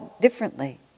differently